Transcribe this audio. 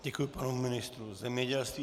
Děkuji panu ministru zemědělství.